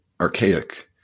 archaic